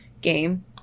game